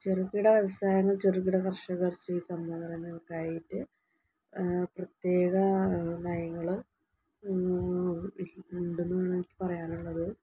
ചെറുകിട വ്യവസായങ്ങൾ ചെറുകിട കർഷകർ സ്ത്രീ സംരംഭകർ എന്നിവർക്കായിട്ട് പ്രത്യേക നയങ്ങൾ ഉണ്ടെന്നാണ് പറയാനുള്ളത്